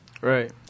Right